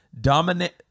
dominant